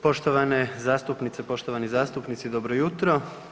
Poštovane zastupnice, poštovani zastupnici, dobro jutro.